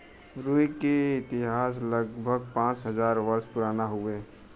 रुई क इतिहास लगभग पाँच हज़ार वर्ष पुराना हउवे